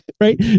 Right